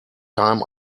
time